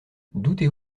doutez